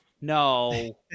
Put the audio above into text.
No